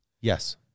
Yes